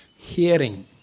hearing